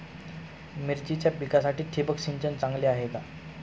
मिरचीच्या पिकासाठी ठिबक सिंचन चांगले आहे का?